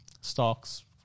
stocks